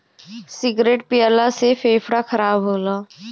cigarette पियला से फेफड़ा खराब होला